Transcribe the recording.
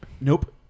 Nope